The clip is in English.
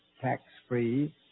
tax-free